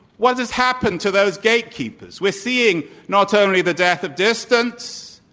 what has happened to those gatekeepers? we're seeing not only the death of distance,